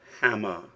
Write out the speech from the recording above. hammer